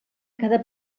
quedar